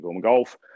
golf